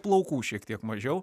plaukų šiek tiek mažiau